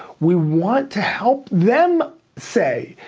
we want to help them say,